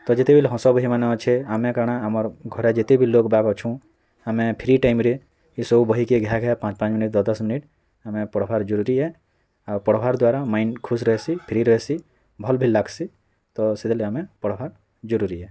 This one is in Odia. ତ ଯେତେବେଲେ ହସ ବହି ମାନେ ଅଛେ ଆମେ କାଣା ଆମର ଘରେ ଯେତେ ବି ଲୋକ ବାକ ଅଛୁ ଆମେ ଫ୍ରି ଟାଇମ୍ରେ ଏ ସବୁ ବହିକେ ପାଞ୍ଚ ପାଞ୍ଚ ମିନିଟ୍ ଦଶ ଦଶ ମିନିଟ୍ ଆମେ ପଢ଼୍ବାର୍ ଜରୁରୀ ଏ ଆଉ ପଢ଼୍ବାର୍ ଦ୍ଵାରା ମାଇଣ୍ଡ ଖୁସ୍ ରହେସି ଫ୍ରି ରହେସି ଭଲ ବିଲ୍ ଲାଗ୍ସି ତ ସେଥିର୍ଲାଗି ଆମେ ପଢ଼୍ବା ଜରୁରୀ ଏ